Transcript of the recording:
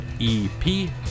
EP